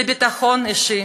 לביטחון אישי,